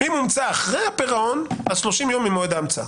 אם הומצא אחרי הפירעון, אז 30 יום ממועד ההמצאה.